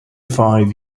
five